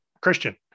Christian